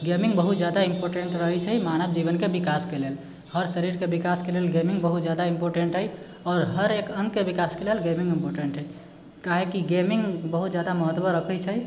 gaming बहुत जादा important रहैत छै मानव जीवनके विकासके लेल हर शरीरके विकासके लेल गेमिङ्ग बहुत जादा इम्पोर्टेन्ट अइ आओर हरएक अङ्गके विकासके लेल गेमिङ्ग इम्पोर्टेन्ट अइ काहेकि गेमिङ्ग बहुत जादा महत्व रखैत छै